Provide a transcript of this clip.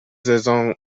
saison